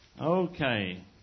Okay